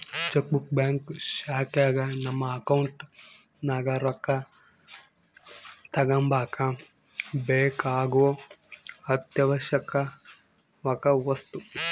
check book bank ಶಾಖೆಗ ನಮ್ಮ account ನಗ ರೊಕ್ಕ ತಗಂಬಕ ಬೇಕಾಗೊ ಅತ್ಯಾವಶ್ಯವಕ ವಸ್ತು